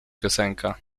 piosenka